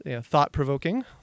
thought-provoking